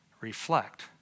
reflect